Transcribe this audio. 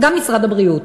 אבל גם משרד הבריאות,